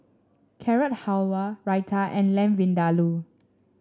Carrot Halwa Raita and Lamb Vindaloo